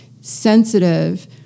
Sensitive